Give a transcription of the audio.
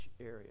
area